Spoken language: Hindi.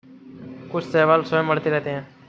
कुछ शैवाल स्वयं बढ़ते रहते हैं